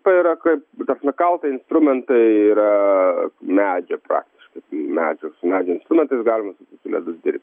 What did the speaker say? tai yra kaip ta prasme kaltai instrumentai yra medžio praktiškai medžio su medžio instrumentais galima ledu dirbt